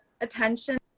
attention